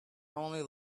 only